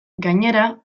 gainera